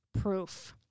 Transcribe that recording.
proof